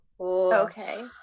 Okay